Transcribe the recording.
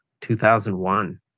2001